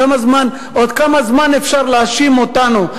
עוד כמה זמן אפשר להאשים אותנו?